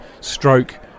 stroke